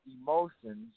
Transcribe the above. emotions